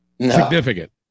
significant